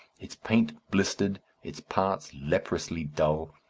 its paint blistered, its parts leprously dull.